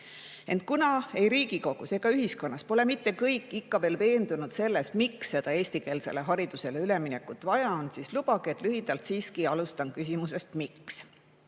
Ent kuna ei Riigikogus ega ka ühiskonnas pole mitte kõik ikka veel veendunud selles, miks seda eestikeelsele haridusele üleminekut vaja on, siis lubage, et ma siiski alustan küsimusest, miks. Eesti